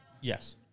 Yes